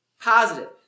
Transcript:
Positive